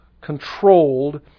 controlled